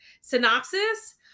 Synopsis